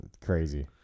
Crazy